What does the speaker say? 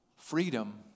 Freedom